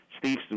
Steve